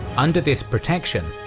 under this protection,